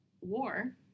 war